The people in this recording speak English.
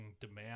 demand